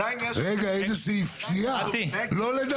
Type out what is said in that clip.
הצבעה בעד 4 נגד